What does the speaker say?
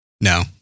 No